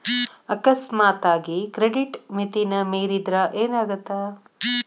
ಅಕಸ್ಮಾತಾಗಿ ಕ್ರೆಡಿಟ್ ಮಿತಿನ ಮೇರಿದ್ರ ಏನಾಗತ್ತ